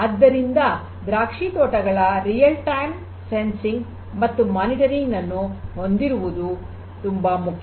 ಆದ್ದರಿಂದ ದ್ರಾಕ್ಷಿ ತೋಟಗಳ ನೈಜ ಸಮಯದಲ್ಲಿ ಸಂವೇದಿಸುವುದು ಮತ್ತು ಮೇಲ್ವಿಚಾರಣೆಯನ್ನು ಹೊಂದಿರುವುದು ತುಂಬಾ ಮುಖ್ಯ